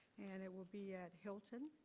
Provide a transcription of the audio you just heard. and it will be at hylton.